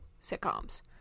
sitcoms